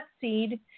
seed